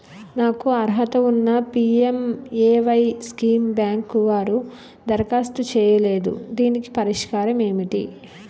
నాకు అర్హత ఉన్నా పి.ఎం.ఎ.వై స్కీమ్ బ్యాంకు వారు దరఖాస్తు చేయలేదు దీనికి పరిష్కారం ఏమిటి?